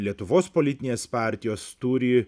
lietuvos politinės partijos turi